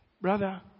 Brother